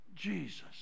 Jesus